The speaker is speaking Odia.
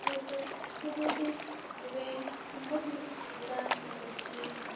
ଏବେ ଯେପରିକି ଏବେ ବହୁତ କିଛି ସୁବିଧା ମିଳୁଛି